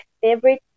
favorite